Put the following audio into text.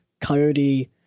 Coyote